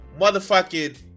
motherfucking